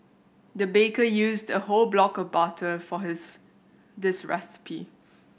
the baker used a whole block of butter for his this recipe